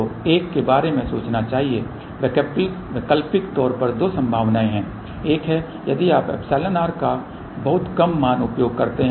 तो एक के बारे में सोचना चाहिए वैकल्पिक तौर पर दो संभावनाएं हैं एक है यदि आप εr का बहुत कम मान उपयोग करते हैं